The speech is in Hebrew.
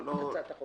הצעת החוק.